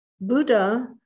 Buddha